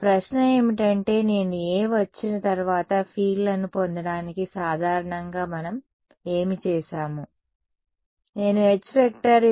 నా ప్రశ్న ఏమిటంటే నేను A వచ్చిన తర్వాత ఫీల్డ్లను పొందడానికి సాధారణంగా మనం ఏమి చేసాము నేను H1μ A ఎలా వ్రాయాలి